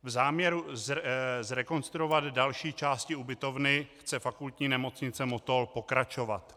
V záměru zrekonstruovat další části ubytovny chce Fakultní nemocnice Motol pokračovat.